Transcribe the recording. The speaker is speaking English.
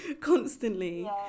constantly